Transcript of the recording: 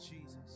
Jesus